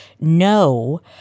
no